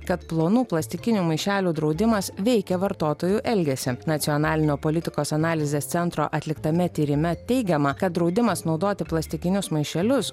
kad plonų plastikinių maišelių draudimas veikia vartotojų elgesį nacionalinio politikos analizės centro atliktame tyrime teigiama kad draudimas naudoti plastikinius maišelius